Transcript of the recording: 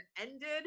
ended